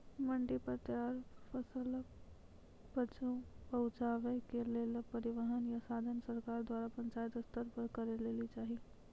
मंडी तक तैयार फसलक पहुँचावे के लेल परिवहनक या साधन सरकार द्वारा पंचायत स्तर पर करै लेली चाही?